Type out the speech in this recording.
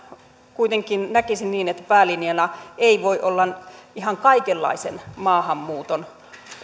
kuitenkin näkisin niin että päälinjana ei voi olla ihan kaikenlaisen maahanmuuton